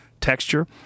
Texture